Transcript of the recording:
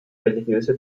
religiöse